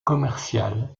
commercial